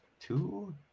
two